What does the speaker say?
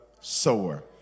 sower